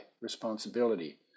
responsibility